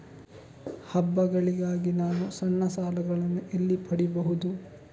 ಹಬ್ಬಗಳಿಗಾಗಿ ನಾನು ಸಣ್ಣ ಸಾಲಗಳನ್ನು ಎಲ್ಲಿ ಪಡಿಬಹುದು?